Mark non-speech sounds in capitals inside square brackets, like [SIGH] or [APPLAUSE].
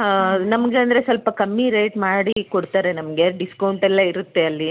[UNINTELLIGIBLE] ನಮ್ಗಂದ್ರೆ ಸ್ವಲ್ಪ ಕಮ್ಮಿ ರೇಟ್ ಮಾಡಿ ಕೊಡ್ತಾರೆ ನಮಗೆ ಡಿಸ್ಕೌಂಟ್ ಎಲ್ಲ ಇರುತ್ತೆ ಅಲ್ಲಿ